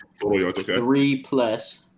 three-plus